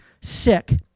sick